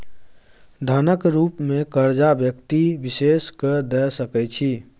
धनक रुप मे करजा व्यक्ति विशेष केँ द सकै छी